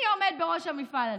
מי עומד בראש המפעל הזה?